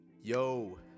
Yo